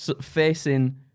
facing